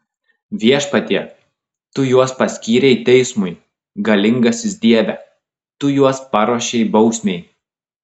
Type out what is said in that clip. viešpatie tu juos paskyrei teismui galingasis dieve tu juos paruošei bausmei